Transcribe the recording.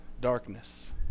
darkness